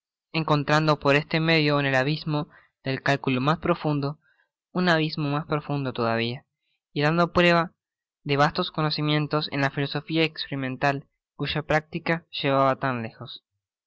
encontrando por este medio en el abismo del cálculo mas profundo un abismo mas profundo todavia y dando prueba de vastos conocimientos en la filosofía experimental cuya práctica llevaba tan lejos